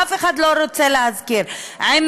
ואף אחד לא רוצה להזכיר זאת.